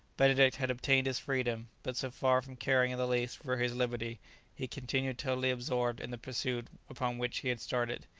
benedict had obtained his freedom, but so far from caring in the least for his liberty he continued totally absorbed in the pursuit upon which he had started.